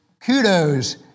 kudos